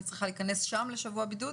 אני צריכה להיכנס שם לשבוע בידוד?